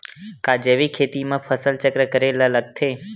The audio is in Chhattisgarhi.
का जैविक खेती म फसल चक्र करे ल लगथे?